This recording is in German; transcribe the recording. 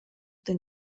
den